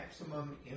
Maximum